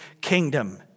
kingdom